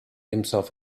himself